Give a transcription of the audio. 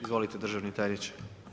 Izvolite državni tajniče.